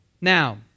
Now